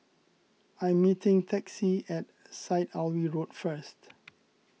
I am meeting Texie at Syed Alwi Road first